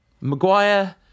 Maguire